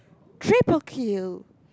triple kill